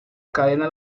cadena